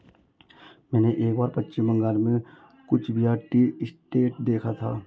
मैंने एक बार पश्चिम बंगाल में कूच बिहार टी एस्टेट देखा था